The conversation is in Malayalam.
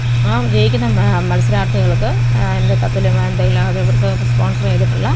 ആ ജയിക്കുന്ന മത്സരാർത്ഥികൾക്ക് അതിൻ്റെ തത്തുല്യമായ എന്തെങ്കിലും അതിവർക്ക് സ്പോൺസർ ചെയ്തിട്ടുള്ള